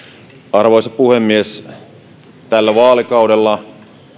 arvoisa puhemies tällä vaalikaudella